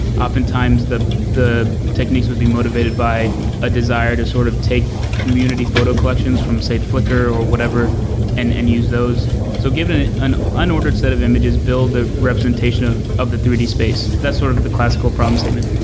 often times the the techniques would be motivated by a desire to sort of take community photo collections from say flickr or whatever and and use those. so an an ah unordered set of images build the representation of of the three d space. that's sort of the classical problem statement.